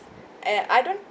and I don't